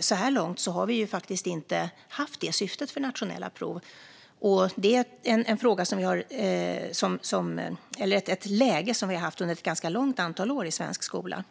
Så här långt har de nationella proven dock inte haft det syftet, och så har det varit under ett ganska stort antal år i svensk skola.